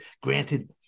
granted